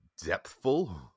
depthful